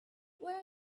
where